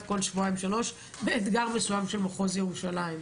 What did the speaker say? כל שבועיים-שלושה באתגר מסוים של מחוז ירושלים,